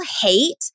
hate